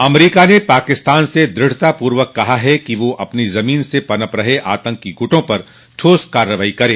अमरीका ने पाकिस्तान से द्रढ़तापूर्वक कहा है कि वह अपनी जमीन से पनप रहे आतंकी गुटों पर ठोस कार्रवाई करे